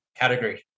category